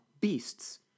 Beasts